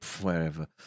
wherever